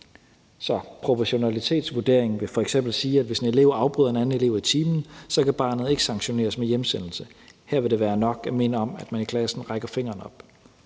proportionalitetsvurderingen vil f.eks. sige, at hvis en elev afbryder en anden elev i timen, kan barnet ikke sanktioneres med hjemsendelse. Her vil det være nok at minde om, at man i klassen rækker fingeren op.